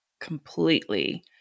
completely –